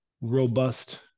robust